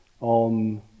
on